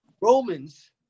Romans